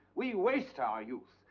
we waste our youth.